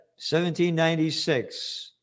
1796